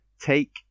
take